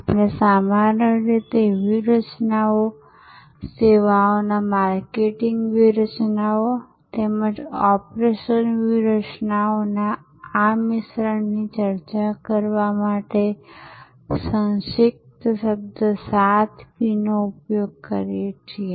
આપણે સામાન્ય રીતે વ્યૂહરચનાઓ સેવાઓના માર્કેટિંગ વ્યૂહરચનાઓ તેમજ ઓપરેશન વ્યૂહરચનાઓના આ મિશ્રણની ચર્ચા કરવા માટે સંક્ષિપ્ત શબ્દ સાત પીનો ઉપયોગ કરીએ છીએ